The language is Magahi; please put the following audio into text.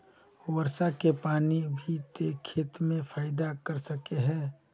वर्षा के पानी भी ते खेत में फायदा कर सके है?